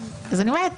אני אומרת